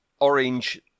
orange